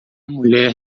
mulher